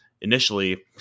Initially